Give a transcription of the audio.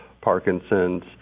Parkinson's